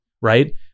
right